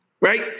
right